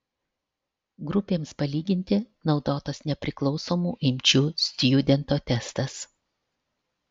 grupėms palyginti naudotas nepriklausomų imčių stjudento testas